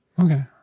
Okay